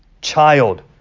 child